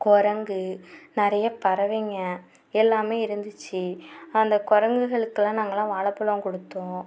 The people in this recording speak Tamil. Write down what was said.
குரங்கு நிறைய பறவைங்க எல்லாமே இருந்துச்சு அந்த குரங்களுக்குலாம் நாங்கலாம் வாழப்பழோம் கொடுத்தோம்